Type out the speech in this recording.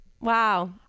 Wow